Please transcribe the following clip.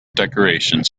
decorations